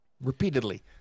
repeatedly